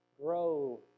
grow